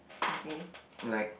goodnight